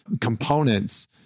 components